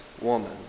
woman